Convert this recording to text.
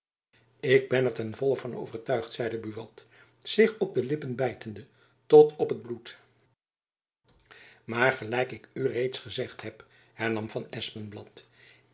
ik ben er ten volle van overtuigd zeide buat zich op de lippen bytende tot op het bloed jacob van lennep elizabeth musch maar gelijk ik u reeds gezegd heb hernam van